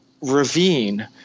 ravine